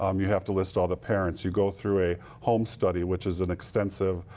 um you have to list all the parents. you go through a home study which is and extensive,